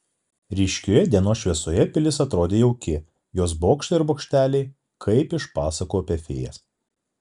ryškioje dienos šviesoje pilis atrodė jauki jos bokštai ir bokšteliai kaip iš pasakų apie fėjas